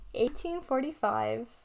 1845